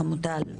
חמוטל.